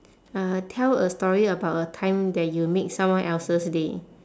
uh tell a story about a time that you made someone else's day